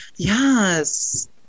Yes